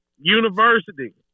University